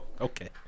Okay